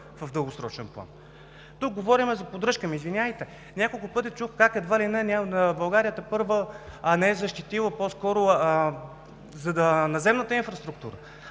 в дългосрочен план. Тук говорим за поддръжка. Ама извинявайте, няколко пъти чух как едва ли не България тепърва не е защитила наземната инфраструктура.